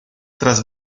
tras